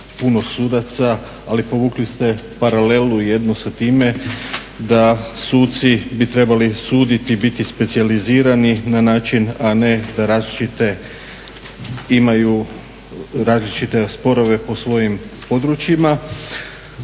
povukli ste paralelu jednu sa time da suci bi trebali sudit, biti specijalizirani na način a ne da različite, imaju različite sporove po svojim područjima.